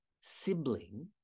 sibling